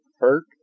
Hurt